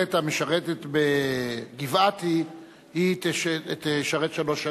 שחיילת המשרתת בגבעתי תשרת שלוש שנים?